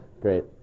Great